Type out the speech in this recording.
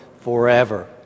forever